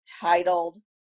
titled